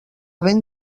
ben